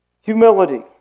Humility